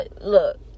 Look